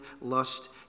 lust